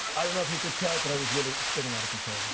i don't know if you could tell but i was really spinning out of control.